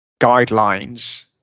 guidelines